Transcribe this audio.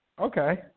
Okay